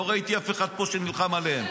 לא ראיתי אף אחד פה שנלחם עליהם.